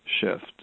shift